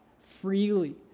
freely